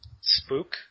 Spook